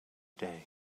day